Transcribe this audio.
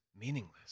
meaningless